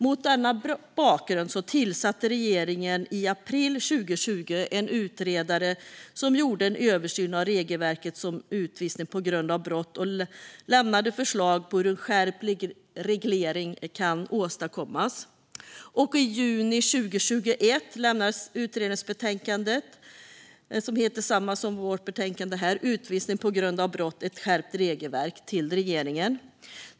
Mot denna bakgrund tillsatte regeringen i april 2020 en utredare som gjorde en översyn av regelverket om utvisning på grund av brott och lämnade förslag på hur en skärpt reglering kan åstadkommas. I juni 2021 lämnades utredningsbetänkandet, som heter likadant som vårt betänkande, Utvisning på grund av brott - ett skärpt regelverk , till regeringen.